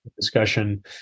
discussion